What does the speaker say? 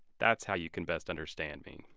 that's how you can best understand me.